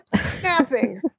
snapping